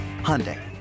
Hyundai